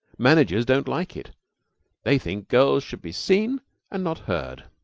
managers don't like it they think girls should be seen and not heard.